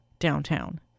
downtown